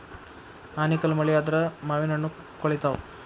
ಆನಿಕಲ್ಲ್ ಮಳಿ ಆದ್ರ ಮಾವಿನಹಣ್ಣು ಕ್ವಳಿತಾವ